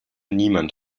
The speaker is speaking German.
niemand